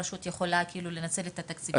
הרשות יכולה לנצל את התקציב לדברים האלה.